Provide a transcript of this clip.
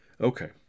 Okay